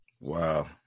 Wow